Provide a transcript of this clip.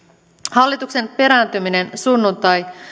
hallituksen perääntyminen sunnuntai